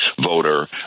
voter